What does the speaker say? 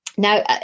Now